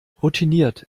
routiniert